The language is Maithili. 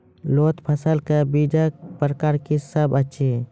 लोत फसलक बीजक प्रकार की सब अछि?